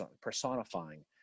personifying